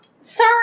Sir